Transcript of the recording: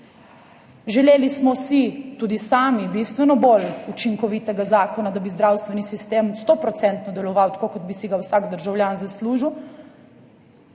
Želeli smo si tudi sami bistveno bolj učinkovitega zakona, da bi zdravstveni sistem stoprocentno deloval tako, kot bi si ga vsak državljan zaslužil,